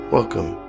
Welcome